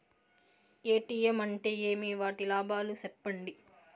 ATM అంటే ఏమి? వాటి లాభాలు సెప్పండి?